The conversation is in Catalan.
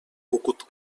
cucut